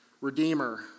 redeemer